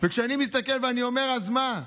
וכשאני מסתכל ואומר: אז מה?